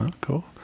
cool